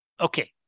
Okay